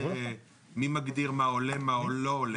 אדוני: מי מגדיר מה הולם ומה לא הולם?